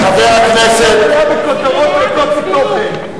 את מלאה בכותרות ריקות מתוכן.